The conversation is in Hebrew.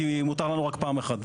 כי מותר לנו רק פעם אחת.